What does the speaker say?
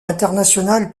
international